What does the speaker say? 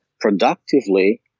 productively